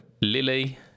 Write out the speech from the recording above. Lily